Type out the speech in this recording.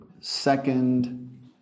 second